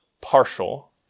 partial